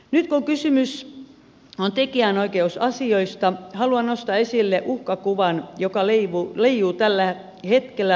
nyt kun kysymys on tekijänoikeusasioista haluan nostaa esille uhkakuvan joka leijuu tällä hetkellä radiotaajuuslupien haussa